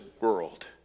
world